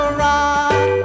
rock